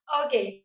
okay